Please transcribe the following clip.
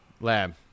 Lab